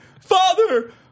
Father